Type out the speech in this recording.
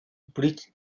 bridge